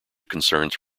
concerns